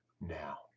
now